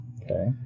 Okay